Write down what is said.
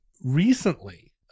recently